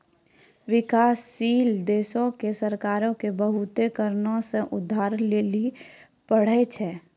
विकासशील देशो के सरकारो के बहुते कारणो से उधार लिये पढ़ै छै